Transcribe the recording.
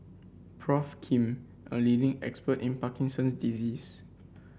Prof Kim a leading expert in Parkinson's disease